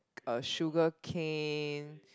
uh sugar cane